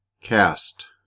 Cast